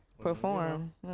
perform